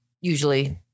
usually